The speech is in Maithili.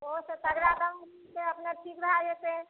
ओहोसँ तगड़ा दवाइ मिलतै अपने ठीक भए जेतै